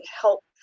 help